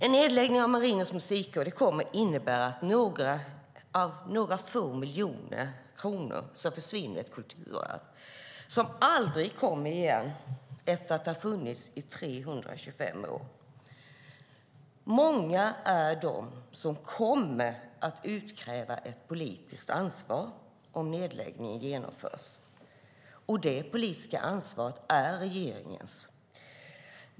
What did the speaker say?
En nedläggning av Marinens Musikkår kommer att innebära att ett kulturarv försvinner för att spara några få miljoner kronor. Det är ett kulturarv som aldrig kommer tillbaka, efter att ha funnits i 325 år. Många är de som kommer att utkräva politiskt ansvar om nedläggningen genomförs. Det politiska ansvaret är regeringens.